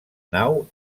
nau